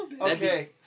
Okay